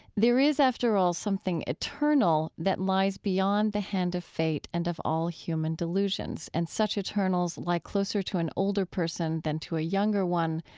there is, after all, something eternal that lies beyond the hand of fate and of all human delusions. and such eternals lie closer to an older person than to a younger one,